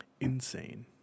Insane